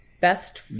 best